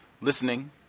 listening